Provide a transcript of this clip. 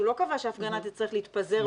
הוא לא קבע שההפגנה תצטרך להתפזר.